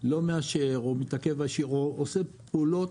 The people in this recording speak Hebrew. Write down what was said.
לא מאשר או עושה פעולות,